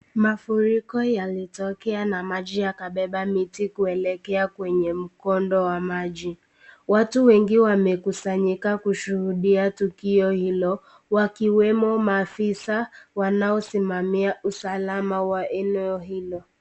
Maafuriko yalitokea na maji yakabeba miti kuelekea kwenye mkondo wa maji. Watu wengi wamekusanyika kushuhudia tukio hilo, wakiwemo maafisa wanao simamia usalama wa eneo hilo.